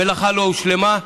המלאכה לא הושלמה.